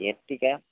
Ertiga